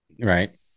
right